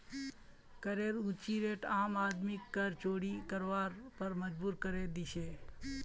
करेर ऊँची रेट आम आदमीक कर चोरी करवार पर मजबूर करे दी छे